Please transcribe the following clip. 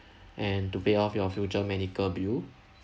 and to pay off your future medical bill